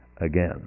again